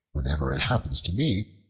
whenever it happens to me,